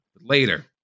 later